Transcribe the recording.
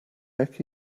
heck